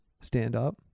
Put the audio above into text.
stand-up